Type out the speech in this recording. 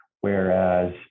whereas